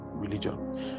religion